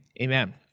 amen